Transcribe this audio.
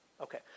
Okay